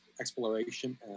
exploration